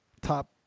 top